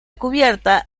cubierta